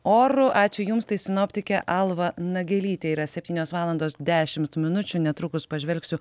oru ačiū jums tai sinoptikė alma nagelytė yra septynios valandos dešimt minučių netrukus pažvelgsiu